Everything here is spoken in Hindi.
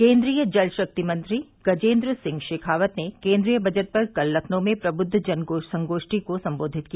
केन्द्रीय जल शक्ति मंत्री गजेन्द्र सिंह शेखावत ने केन्द्रीय बजट पर कल लखनऊ में प्रबुद्ध जन संगोप्ठी को संबोधित किया